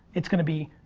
it's gonna be,